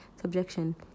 subjection